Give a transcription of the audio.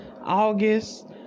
august